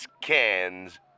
cans